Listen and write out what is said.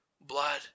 blood